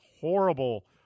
horrible